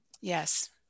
Yes